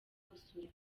gusura